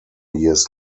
years